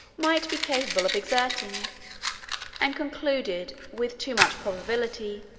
might be capable of exerting and concluded, with too much probability,